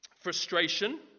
Frustration